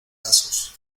pasos